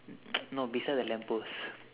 no beside the lamp post